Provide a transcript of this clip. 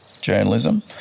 journalism